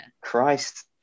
Christ